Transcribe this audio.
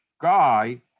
guy